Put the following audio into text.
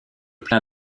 plein